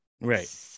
right